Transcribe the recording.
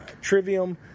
Trivium